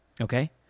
Okay